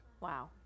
Wow